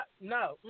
no